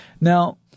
Now